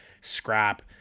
scrap